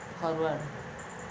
forward